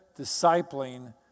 discipling